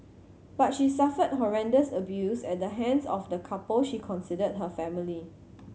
but she suffered horrendous abuse at the hands of the couple she considered her family